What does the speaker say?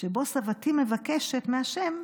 שבו סבתי מבקשת מהשם: